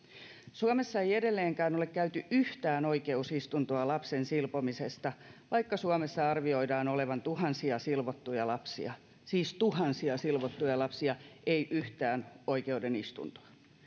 suomessa ei edelleenkään ole käyty yhtään oikeusistuntoa lapsen silpomisesta vaikka suomessa arvioidaan olevan tuhansia silvottuja lapsia siis tuhansia silvottuja lapsia ei yhtään oikeuden istuntoa